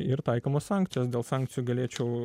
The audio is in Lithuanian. ir taikomos sankcijos dėl sankcijų galėčiau